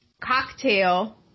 Cocktail